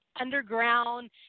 underground